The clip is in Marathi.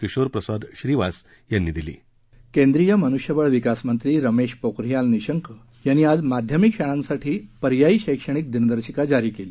किशोरप्रसाद श्रीवास यांनी दिली केंद्रीय मनुष्यबळ विकासमंत्री रमेश पोखरियाल निशंक यांनी आज माध्यमिक शाळांसाठी आज पर्यायी शैक्षणिक दिनदर्शिका जारी केली